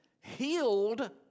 healed